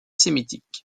sémitique